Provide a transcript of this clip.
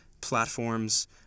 platforms